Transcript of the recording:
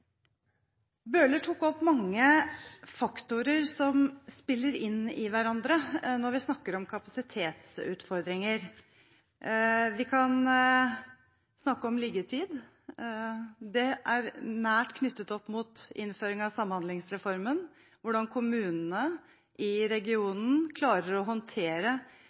Bøhler tok opp mange faktorer som spiller inn i hverandre når vi snakker om kapasitetsutfordringer. Vi kan snakke om liggetid. Det er nært knyttet opp mot innføring av samhandlingsreformen, hvordan kommunene i regionen klarer å håndtere